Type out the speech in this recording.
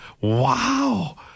Wow